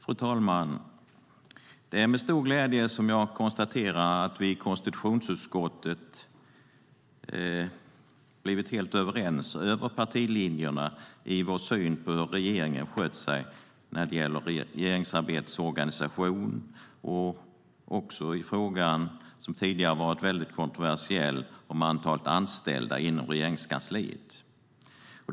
Fru talman! Der är med stor glädje jag konstaterar att vi i konstitutionsutskottet blivit helt överens över partilinjerna i vår syn på hur regeringen skött sig när det gäller regeringsarbetets organisation och också i den fråga som tidigare varit väldigt kontroversiell, nämligen antalet anställda inom Regeringskansliet.